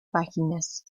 páginas